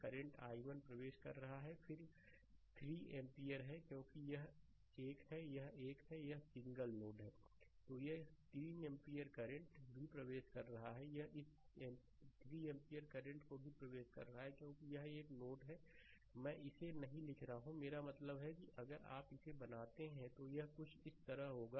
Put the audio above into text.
current i1 प्रवेश कर रहा है और फिर यह 3 एम्पीयर है क्योंकि यह एक है यह एक है यह एक सिंगल नोड है तो यह 3 एम्पीयर करंट भी प्रवेश कर रहा है यह इस 3 एम्पीयर करंट को भी प्रवेश कर रहा है क्योंकि यह एक नोड है मैं इसे नहीं लिख रहा हूं मेरा मतलब है कि अगर आप इसे बनाते हैं तो यह कुछ इस तरह का होगा